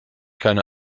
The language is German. keine